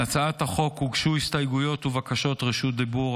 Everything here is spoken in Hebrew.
להצעת החוק הוגשו הסתייגויות ובקשות רשות דיבור.